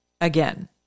again